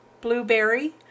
Blueberry